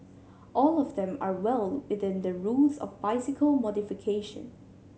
all of them are well within the rules of bicycle modification